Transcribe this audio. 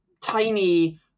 tiny